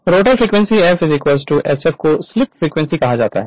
rotor frequency F2 sf को slip frequency कहा जाता है